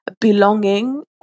belonging